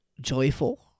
joyful